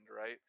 Right